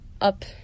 up